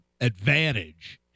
advantage